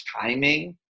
timing